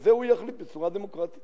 ואת זה הוא יחליט בצורה דמוקרטית